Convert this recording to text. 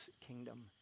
kingdom